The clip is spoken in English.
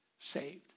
saved